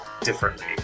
differently